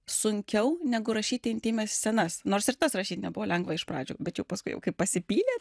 sunkiau negu rašyti intymias scenas nors ir tas rašyt nebuvo lengva iš pradžių bet jau paskui jau kaip pasipylė